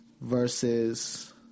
versus